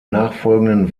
nachfolgenden